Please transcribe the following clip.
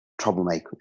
troublemakers